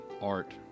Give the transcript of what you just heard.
Art